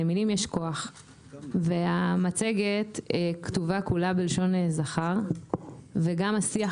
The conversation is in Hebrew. למילים יש כוח והמצגת כתובה כולה בלשון זכר וגם השיח